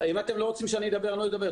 אם אתם לא רוצים שאני אדבר, אני לא אדבר.